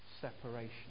Separation